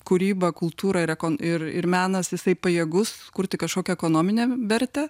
kūryba kultūra ir ir menas jisai pajėgus kurti kažkokią ekonominę vertę